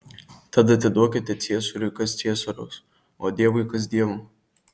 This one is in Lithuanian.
tad atiduokite ciesoriui kas ciesoriaus o dievui kas dievo